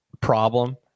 problem